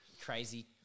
crazy